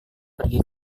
pergi